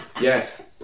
Yes